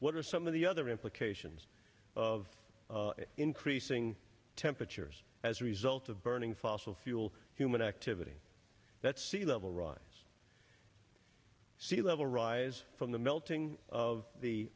what are some of the other implications of increasing temperatures as a result of burning fossil fuel human activity that sea level rise sea level rise from the melting of the